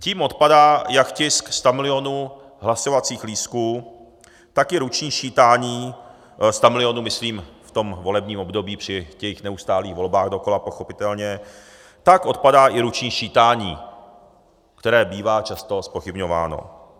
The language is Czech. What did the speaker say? Tím odpadá jak tisk stamilionů hlasovacích lístků, tak i ruční sčítání stamilionů myslím ve volebním období při neustálých volbách dokola pochopitelně tak odpadá i ruční sčítání, které bývá často zpochybňováno.